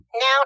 Now